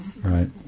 right